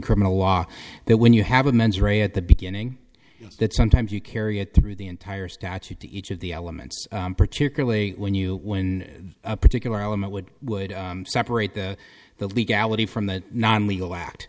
criminal law that when you have a mens rea at the beginning you know that sometimes you carry it through the entire statute to each of the elements particularly when you when a particular element would would separate the the legality from the non legal act